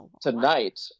Tonight